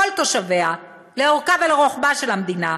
של כל תושביה, לאורכה ולרוחבה של המדינה.